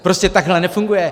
Prostě takhle nefunguje.